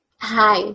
Hi